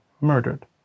murdered